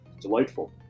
Delightful